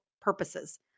purposes